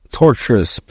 torturous